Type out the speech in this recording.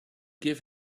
give